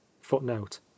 footnote